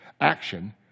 action